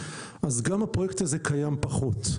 אז גם הפרויקט הזה קיים פחות.